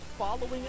Following